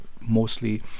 mostly